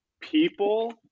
people